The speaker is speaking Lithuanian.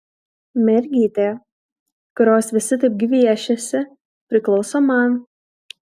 mergytė kurios visi taip gviešiasi priklauso man